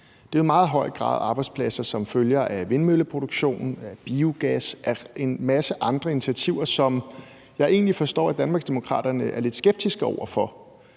Det er i meget høj grad arbejdspladser, som følger af vindmølleproduktion, af biogas og af en masse andre initiativer, som jeg egentlig forstår at Danmarksdemokraterne er lidt skeptiske over for.